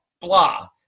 blah